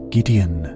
Gideon